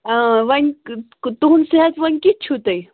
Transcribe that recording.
آ ؤنۍ تُہُنٛد صحت ؤنۍ کیِتھ چھُو تُہۍ